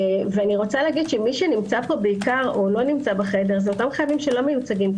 ואני רוצה להגיד שמי שלא נמצא בחדר זה אותם חייבים שהם לא מיוצגים,